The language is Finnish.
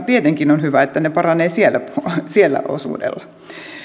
tietenkin on hyvä että ne paranevat sillä osuudella